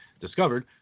discovered